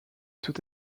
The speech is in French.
tout